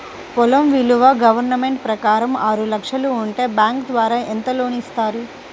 పొలం విలువ గవర్నమెంట్ ప్రకారం ఆరు లక్షలు ఉంటే బ్యాంకు ద్వారా ఎంత లోన్ ఇస్తారు?